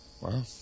Wow